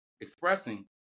expressing